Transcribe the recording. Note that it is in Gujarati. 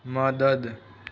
મદદ